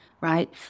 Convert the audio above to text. right